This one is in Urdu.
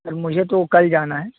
سر مجھے تو کل جانا ہے